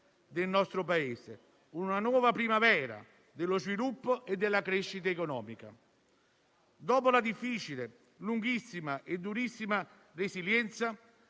del nostro Paese, una nuova primavera dello sviluppo e della crescita economica. Dopo la difficile, lunghissima e durissima resilienza